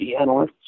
analysts